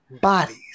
bodies